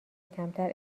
کمتر